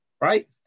Right